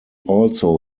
also